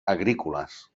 agrícoles